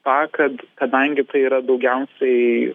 tą kad kadangi tai yra daugiausiai